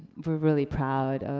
we're really proud.